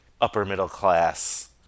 upper-middle-class